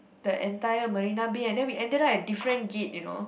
the entire Marina-Bay and then we ended up at different gate you know